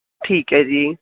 ਠੀਕ ਹੈ ਜੀ